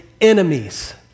enemies